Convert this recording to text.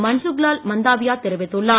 மன்கக்லால் மந்தாவியா தெரிவித்துள்ளார்